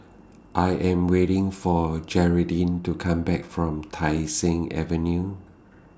I Am waiting For Gearldine to Come Back from Tai Seng Avenue